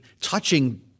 touching